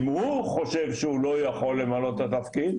אם הוא חושב שהוא לא יכול למלא את התפקיד,